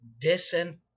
decent